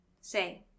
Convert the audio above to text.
say